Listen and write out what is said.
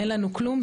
אין לנו כלום,